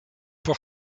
por